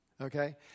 Okay